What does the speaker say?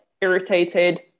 irritated